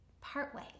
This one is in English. partway